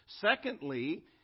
Secondly